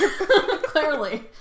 Clearly